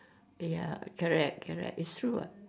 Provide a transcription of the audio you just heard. ya correct correct it's true what